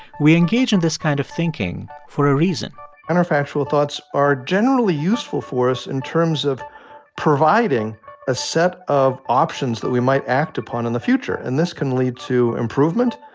we engage in this kind of thinking for a reason counterfactual thoughts are generally useful for us in terms of providing a set of options that we might act upon in the future. and this can lead to improvement.